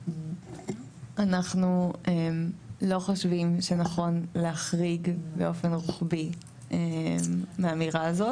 אנחנו לא חושבים שנכון להחריג באופן רוחבי מהאמירה הזו,